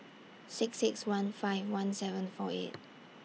six six one five one seven four eight